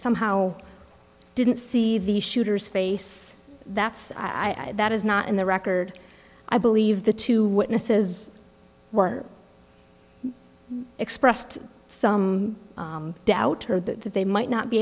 somehow didn't see the shooter's face that's that is not in the record i believe the two witnesses were expressed some doubt heard that they might not be